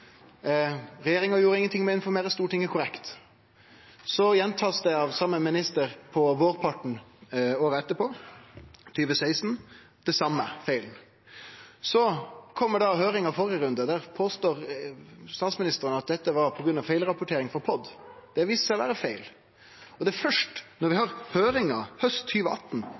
Regjeringa gjorde ingenting meir for å informere Stortinget korrekt. Så blir den same feilen gjentatt av same minister på vårparten året etterpå – 2016. Så kjem høyringa i førre runde. Der påstår statsministeren at dette var grunna feilrapportering frå POD, men det viste seg å vere feil. Først då vi